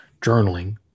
journaling